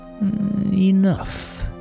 enough